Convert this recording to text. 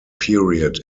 period